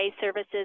services